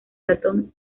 ratón